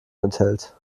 enthält